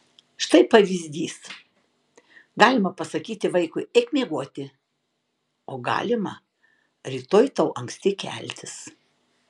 štai pavyzdys galima pasakyti vaikui eik miegoti o galima rytoj tau anksti keltis